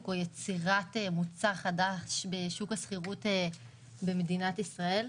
או יצירת מוצר חדש בשוק השכירות במדינת ישראל.